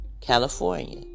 California